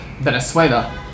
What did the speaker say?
Venezuela